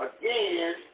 again